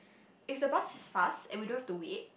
if the bus is fast and we don't have to wait